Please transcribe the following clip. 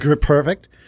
perfect